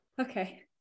Okay